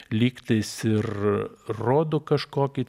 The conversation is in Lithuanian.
lyg tais ir rodo kažkokį